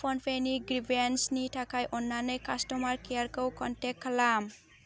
फ'नपेनि ग्रिभियेन्सनि थाखाय अन्नानै कास्टमार केयारखौ कनटेक्ट खालाम